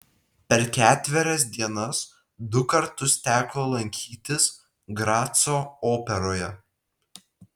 per ketverias dienas du kartus teko lankytis graco operoje